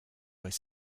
where